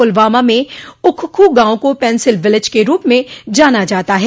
पुलवामा में उक्ख गांव को पेंसिल विलेज के रूप में जाना जाता है